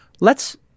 Let's-